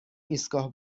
ایستگاه